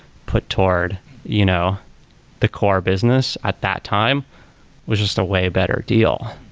put toward you know the core business at that time was just a way better deal.